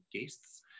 guests